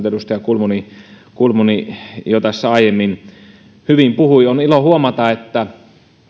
edustaja kulmuni kulmuni jo tässä aiemmin hyvin puhui on ilo huomata että